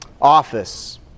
office